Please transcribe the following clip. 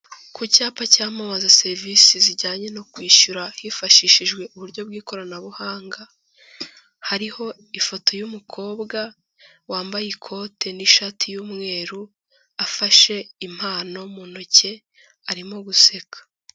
Ku cyapa cyamamaza serivisi zijyanye no kwishyura hifashishijwe uburyo bw'ikoranabuhanga hariho ifoto y'umukobwa wambaye ikote n'ishati y'umweru afashe impano mu ntoki arimo guseka.